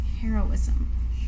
Heroism